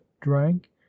drank